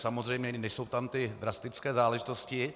Samozřejmě nejsou tam ty drastické záležitosti.